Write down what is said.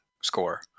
score